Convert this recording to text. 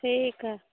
ठीक हइ